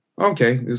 okay